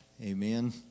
amen